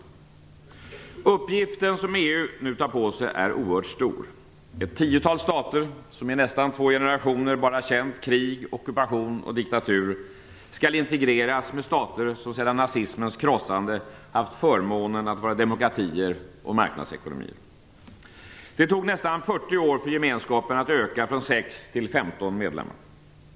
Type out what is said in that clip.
Den uppgift som EU nu tar på sig är oerhört stor. Ett tiotal stater som i nästan två generationer bara känt krig, ockupation och diktatur skall integreras med stater som sedan nazismens krossande haft förmånen att vara demokratier och marknadsekonomier. Det tog nästan 40 år för gemenskapen att öka från 6 till 15 medlemmar.